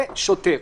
זה שוטר.